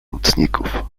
nocników